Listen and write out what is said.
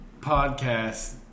podcast